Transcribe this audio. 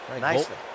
nicely